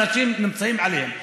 ואנשים נמצאים עליהם.